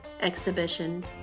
exhibition